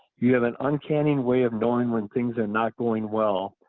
you have an uncanny way of knowing when things are not going well,